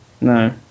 No